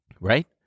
Right